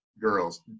girls